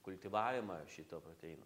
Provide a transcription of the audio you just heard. kultivavimą šito proteino